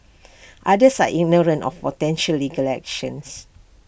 others are ignorant of potential legal actions